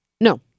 No